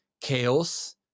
chaos